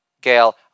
Gail